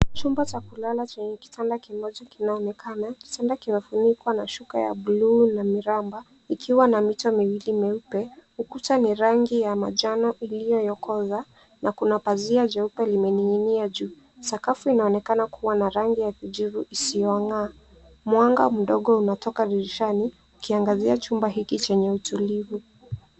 Chumba cha kulala chenye kitanda kimoja kinaonekana, kitanda kimefunikwa na shuka ya buluu ya miraba ikiwa na mito miwili mieupe. Ukuta ni rangi ya manjano iliyoyokoza, na kuna pazia jeupe limening'inia juu. Sakafu inaonekana kuwa na rangi ya kijivu isiyong'aa. Mwanga mdogo unatoka dirishani ikiangazia chumba hiki chenye utulivu.